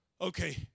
okay